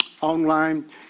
online